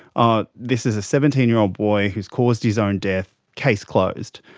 ah this is a seventeen year old boy who's caused his own death. case closed.